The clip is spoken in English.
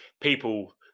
people